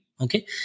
Okay